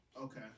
Okay